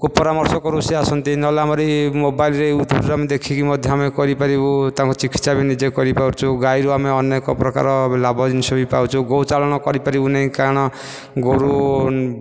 କୁ ପରାମର୍ଶ କରୁ ସିଏ ଆସନ୍ତି ନହେଲେ ଆମର ଇଏ ମୋବାଇଲରେ ୟୁଟୁବରେ ଦେଖିକି ମଧ୍ୟ ଆମେ କରିପାରିବୁ ତାଙ୍କୁ ଚିକିତ୍ସା ବି ନିଜେ କରିପାରୁଛୁ ଗାଈରୁ ଆମେ ଅନେକ ପ୍ରକାର ଲାଭ ଜିନିଷ ବି ପାଉଛୁ ଗୋ ଚାଳନ କରିପାରିବୁନି କାରଣ ଗୋରୁ